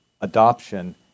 adoption